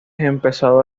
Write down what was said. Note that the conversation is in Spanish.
empezado